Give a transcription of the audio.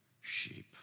sheep